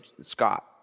Scott